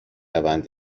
روند